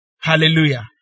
Hallelujah